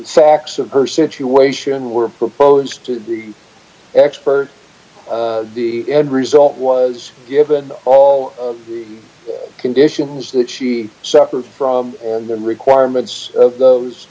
sacks of her situation were proposed to the expert the end result was given all the conditions that she suffered from or the requirements of